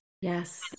Yes